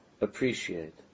appreciate